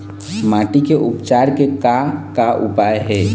माटी के उपचार के का का उपाय हे?